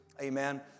Amen